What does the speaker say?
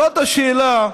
זאת השאלה.